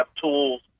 tools